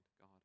God